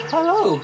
Hello